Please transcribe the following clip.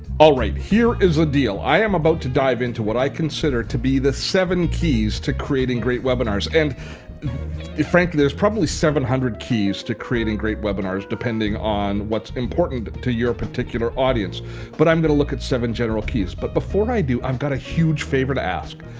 all right, here is a deal. i am about to dive into what i consider to be the seven keys to creating great webinars. and frankly, there are probably seven hundred keys to creating great webinars, depending on what's important to your particular audience but i'm going to look at seven general keys. but before i do, i've got a huge favor to ask.